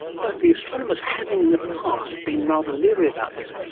but the astronomers have in the past been rather leery about this.